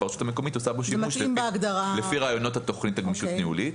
והרשות המקומית עושה בו שימוש לפי רעיונות תוכנית הגמישות הניהולית.